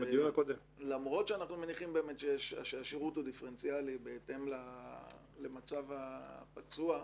ולמרות שאנחנו מניחים שהשירות הוא דיפרנציאלי בהתאם למצב הפצוע,